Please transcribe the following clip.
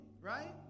right